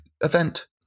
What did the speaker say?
event